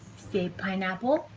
say pineapple.